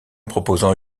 proposant